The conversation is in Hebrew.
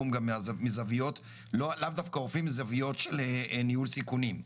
מתחום ניהול הסיכונים.